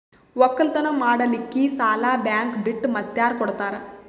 ಒಕ್ಕಲತನ ಮಾಡಲಿಕ್ಕಿ ಸಾಲಾ ಬ್ಯಾಂಕ ಬಿಟ್ಟ ಮಾತ್ಯಾರ ಕೊಡತಾರ?